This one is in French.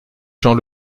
jean